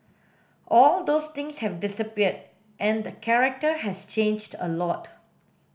all those things have disappeared and the character has changed a lot